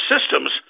systems